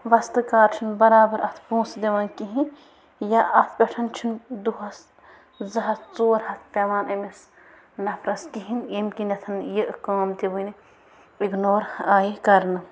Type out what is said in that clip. وَستہٕ کار چھِنہٕ بَرابر اَتھ پۄنٛسہٕ دِوان کِہیٖنۍ یا اَتھ پٮ۪ٹھ چھُنہٕ دۄہس زٕ ہَتھ ژور ہَتھ پیٚوان أمِس نَفرس کِہیٖنۍ ییٚمہِ کِنٮ۪تھ یہِ کٲم وۄنۍ اِگنور آیہِ کَرنہٕ